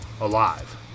Alive